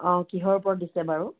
অঁ কিহৰ ওপৰত দিছে বাৰু